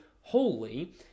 holy